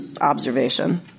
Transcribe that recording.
observation